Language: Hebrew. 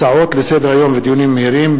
הצעות לסדר-היום ודיונים מהירים,